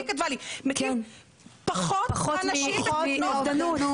פחות אנשים בתאונות דרכים.